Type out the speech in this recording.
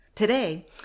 Today